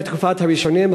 בתקופת הראשונים,